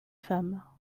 femmes